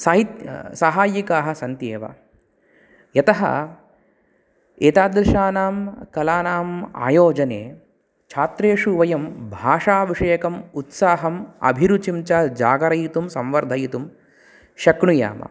साहित् साहायिकाः सन्ति एव यतः एतादृशानां कलानाम् आयोजने छात्रेषु वयं भाषाविषयकम् उत्साहम् अभिरुचिं च जागरयितुं संवर्धयितुं शक्नुयाम